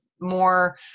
more